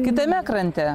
kitame krante